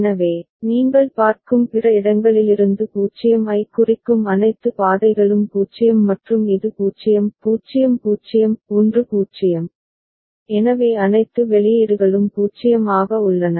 எனவே நீங்கள் பார்க்கும் பிற இடங்களிலிருந்து 0 ஐக் குறிக்கும் அனைத்து பாதைகளும் 0 மற்றும் இது 0 0 0 1 0 எனவே அனைத்து வெளியீடுகளும் 0 ஆக உள்ளன